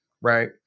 right